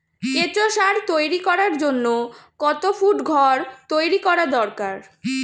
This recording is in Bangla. কেঁচো সার তৈরি করার জন্য কত ফুট ঘর তৈরি করা দরকার?